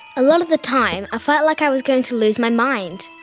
a lot of the time i felt like i was going to lose my mind.